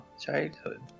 childhood